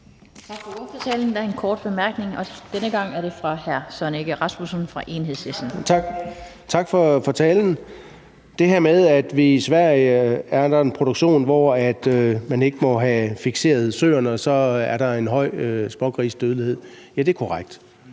Tak for talen. Det her med, at der i Sverige er en produktion, hvor man ikke må have fikseret søerne, og at der så er en høj smågrisedødelighed, er korrekt.